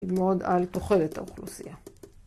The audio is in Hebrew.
ללמוד על תוחלת האוכלוסייה.